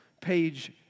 page